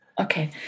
Okay